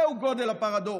זהו גודל הפרדוקס.